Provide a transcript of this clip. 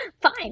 Fine